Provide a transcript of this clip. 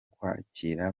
kwakira